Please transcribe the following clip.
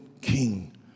king